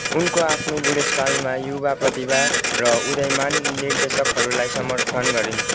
उनको आफ्नो बुढेसकालमा युवा प्रतिभा र उदयमान निर्देशकहरूलाई समर्थन गरिन्